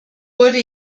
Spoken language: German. wurde